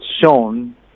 shown